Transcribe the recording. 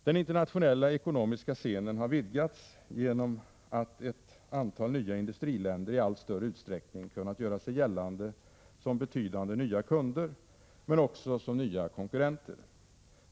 Den internationella ekonomiska scenen har vidgats genom att ett antal nya industriländer i allt större utsträckning kunnat göra sig gällande som betydande nya kunder men också som nya konkurrenter.